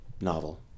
novel